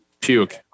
Puke